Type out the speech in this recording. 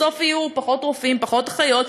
בסוף יהיו פחות רופאים, פחות אחיות.